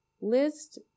list